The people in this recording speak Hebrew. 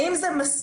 האם זה מספיק?